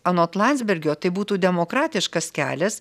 anot landsbergio tai būtų demokratiškas kelias